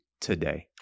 today